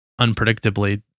unpredictably